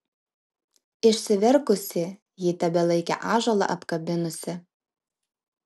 išsiverkusi ji tebelaikė ąžuolą apkabinusi